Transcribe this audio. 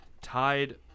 tied